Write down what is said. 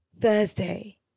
Thursday